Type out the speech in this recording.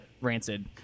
Rancid